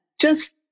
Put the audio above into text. just-